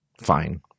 fine